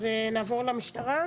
אז נעבור למשטרה?